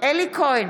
אלי כהן,